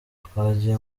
twagiye